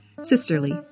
Sisterly